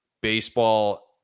baseball